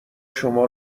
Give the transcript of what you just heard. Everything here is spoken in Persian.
شما